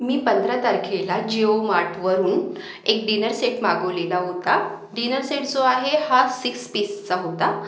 मी पंधरा तारखेला जिओ मार्टवरून एक डिनर सेट मागवलेला होता डिनर सेट जो आहे हा सिक्स पीसचा होता